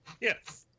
yes